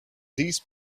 these